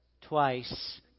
twice